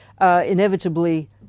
inevitably